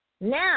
Now